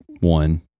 one